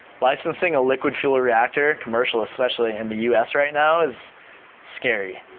licensing a liquid fuel reactor commercially, especially in the u s. right now, is scary.